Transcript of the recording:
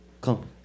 Come